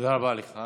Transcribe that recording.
תודה רבה לך.